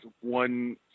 one